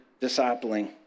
discipling